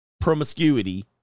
promiscuity